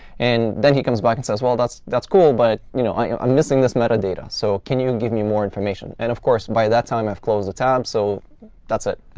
and then he comes back and says, well, that's that's cool, but you know i'm i'm missing this metadata. so can you give me more information? and, of course, by that time i've closed the tab, so that's it.